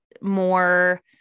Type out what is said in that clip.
more